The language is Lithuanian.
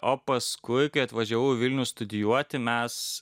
o paskui kai atvažiavau į vilnių studijuoti mes